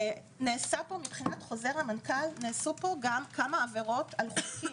נעשו פה מבחינת חוזר המנכ"ל כמה עבירות על חוקים,